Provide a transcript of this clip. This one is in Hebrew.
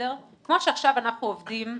כמו שעכשיו אנחנו עובדים,